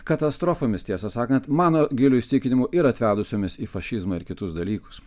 katastrofomis tiesą sakant mano giliu įsitikinimu ir atvedusiomis į fašizmą ir kitus dalykus